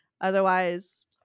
otherwise